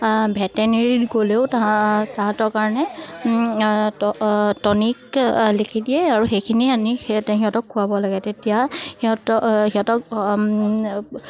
ভেটেনেৰিত গ'লেও তাহাঁতৰ কাৰণে টনিক লিখি দিয়ে আৰু সেইখিনিয়ে আনি সিহঁতে সিহঁতক খোৱাব লাগে তেতিয়া সিহঁতক সিহঁতক